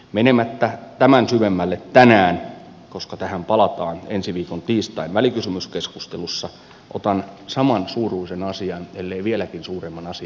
menemättä tähän asiaan tämän syvemmälle tänään koska tähän palataan ensi viikon tiistain välikysymyskeskustelussa otan samansuuruisen ellei vieläkin suuremman asian esille asian jota on odotettu